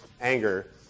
anger